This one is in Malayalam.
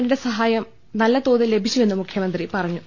ന്റെ സഹായം നല്ല തോതിൽ ലഭിച്ചു വെന്നും മുഖ്യമന്ത്രി പറഞ്ഞു